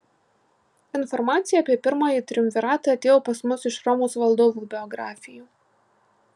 informacija apie pirmąjį triumviratą atėjo pas mus iš romos valdovų biografijų